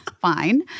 fine